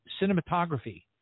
cinematography